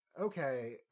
okay